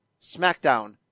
SmackDown